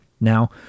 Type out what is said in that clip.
Now